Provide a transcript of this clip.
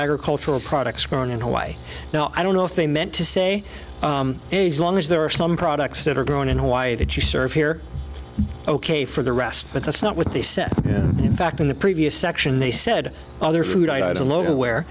agricultural products grown in hawaii now i don't know if they meant to say long as there are some products that are grown in hawaii that you serve here ok for the rest but that's not what they said in fact in the previous section they said other food item